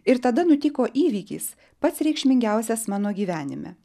ir tada nutiko įvykis pats reikšmingiausias mano gyvenime